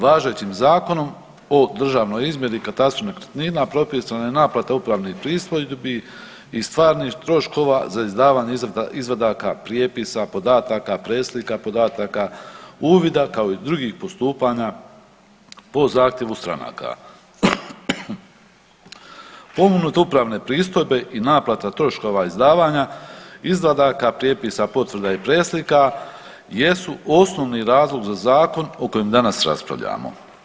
Važećim Zakonom o državnoj izmjeri i katastru nekretnina propisana je naplata upravnih pristojbi i stvarnih troškova za izdavanje izvadaka prijepisa, podataka preslika, podataka uvida, kao i drugih postupanja po zahtjevu stranaka. … [[Govornik se ne razumije]] upravne pristojbe i naplata troškova izdavanja izvadaka, prijepisa, potvrda i preslika jesu osnovni razlog za zakon o kojem danas raspravljamo.